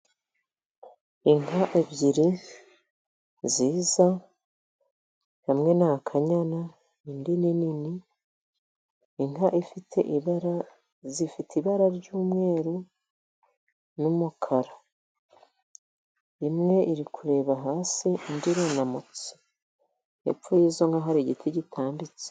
Inka ebyiri nziza, imwe ni akanyana indi ni nini zifite ibara ry'umweru n'umukara, imwe iri kureba hasi indi irunamutse, hepfo y'izo nka hari igiti gitambitse.